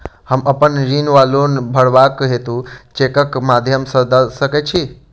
हम अप्पन ऋण वा लोन भरबाक हेतु चेकक माध्यम सँ दऽ सकै छी?